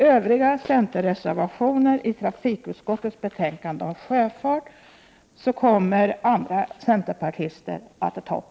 Övriga centerreservationer i trafikutskottets betänkande om sjöfart kommer andra centerpartister att ta upp.